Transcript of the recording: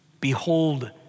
Behold